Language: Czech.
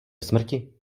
smrti